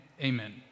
Amen